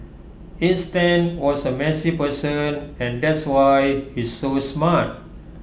Einstein was A messy person and that's why he's so smart